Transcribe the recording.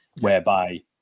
whereby